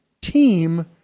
team